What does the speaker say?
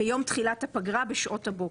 ביום תחילת הפגרה בשעות הבוקר.